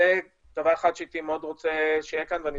זה דבר אחד שהייתי מאוד רוצה שיהיה כאן ואני